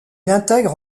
intègre